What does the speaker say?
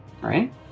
Right